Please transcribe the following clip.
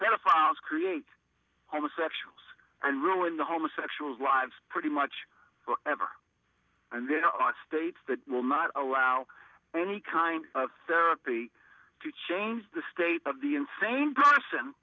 pedophiles create homosexuals and ruin the homosexuals lives pretty much ever and there are states that will not allow any kind of therapy to change the state of the insane person